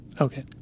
Okay